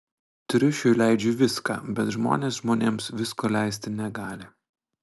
triušiui leidžiu viską bet žmonės žmonėms visko leisti negali